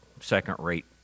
second-rate